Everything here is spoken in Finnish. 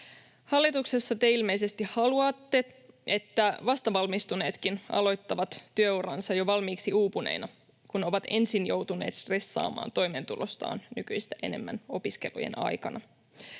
Hallituksessa te ilmeisesti haluatte, että vastavalmistuneetkin aloittavat työuransa jo valmiiksi uupuneina, kun ovat ensin joutuneet stressaamaan toimeentulostaan nykyistä enemmän opiskelujen aikana.